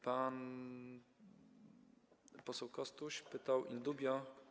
Pan poseł Kostuś pytał in dubio.